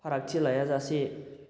फारागथि लायाजासे